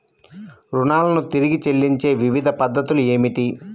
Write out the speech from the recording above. రుణాలను తిరిగి చెల్లించే వివిధ పద్ధతులు ఏమిటి?